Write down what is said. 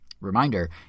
reminder